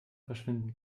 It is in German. verschwinden